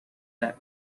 that